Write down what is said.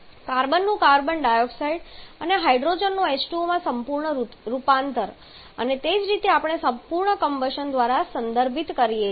કાર્બનનું carbon dioxide અને હાઇડ્રોજનનું H2O માં સંપૂર્ણ રૂપાંતર અને તે જ આપણે સંપૂર્ણ કમ્બશન દ્વારા સંદર્ભિત કરીએ છીએ